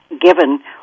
given